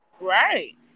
right